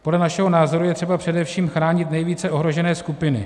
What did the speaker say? Podle našeho názoru je třeba především chránit nejvíce ohrožené skupiny.